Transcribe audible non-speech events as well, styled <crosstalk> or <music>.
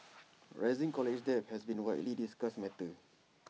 <noise> rising college debt has been A widely discussed matter